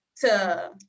to-